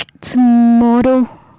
tomorrow